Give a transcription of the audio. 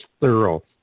thorough